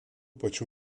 pačių